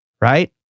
right